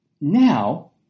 now